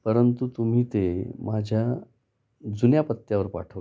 परंतु तुम्ही ते माझ्या जुन्या पत्त्यावर पाठवलंत